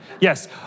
Yes